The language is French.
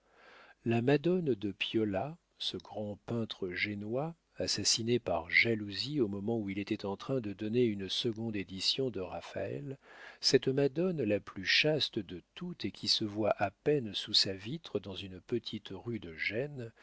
la madone de piola ce grand peintre génois assassiné par jalousie au moment où il était en train de donner une seconde édition de raphaël cette madone la plus chaste de toutes et qui se voit à peine sous sa vitre dans une petite rue de gênes